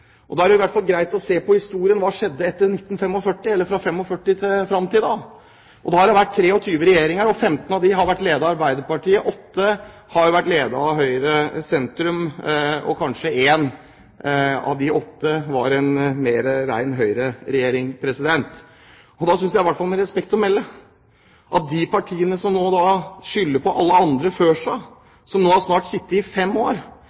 Da er det i hvert fall greit å se på historien og hva som skjedde fra 1945 og fram til i dag. Da har det vært 22 regjeringer, og 14 av dem har vært ledet av Arbeiderpartiet. Åtte har vært ledet av Høyre/sentrum, én av de åtte var kanskje mer en ren Høyre-regjering. Da synes jeg med respekt å melde at de partiene som nå skylder på alle andre før seg, og som nå snart har sittet i regjering i fem år,